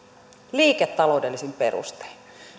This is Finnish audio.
liiketaloudellisin perustein